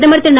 பிரதமர் திரு